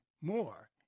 more